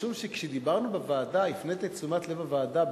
משום שכשדיברנו בוועדה הפנית את תשומת לב הוועדה,